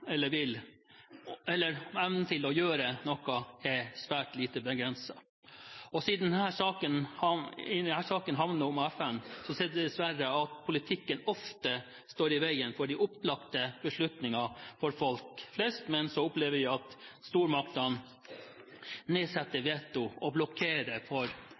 Evnen til å gjøre noe er svært begrenset. Siden denne saken handler om FN, ser vi dessverre at politikken ofte står i veien for det som for folk flest er opplagte beslutninger, men hvor vi opplever at stormaktene legger ned veto og blokkerer for